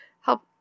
help